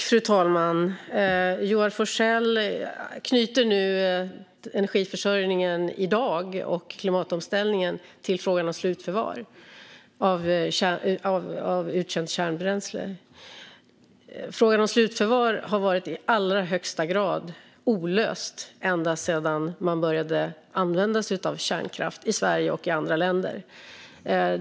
Fru talman! Joar Forssell knyter nu energiförsörjningen i dag och klimatomställningen till frågan om slutförvar av uttjänt kärnbränsle. Frågan om slutförvar har varit i allra högsta grad olöst ända sedan man började använda sig av kärnkraft i Sverige och i andra länder.